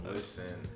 Listen